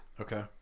Okay